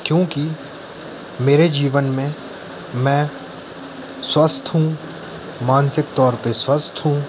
क्योंकि मेरे जीवन में मैं स्वस्थ हूँ मानसिक तौर पे स्वस्थ हूँ